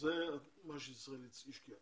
זה מה שישראל השקיעה,